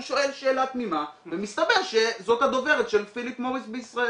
הוא שואל שאלה תמימה ומסתבר שזאת הדוברת של פיליפ מוריס בישראל.